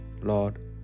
Lord